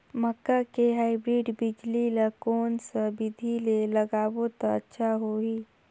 मक्का के हाईब्रिड बिजली ल कोन सा बिधी ले लगाबो त अच्छा होहि?